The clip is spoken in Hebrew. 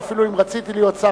ואפילו אם רציתי להיות שר,